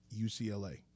UCLA